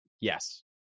Yes